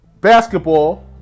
basketball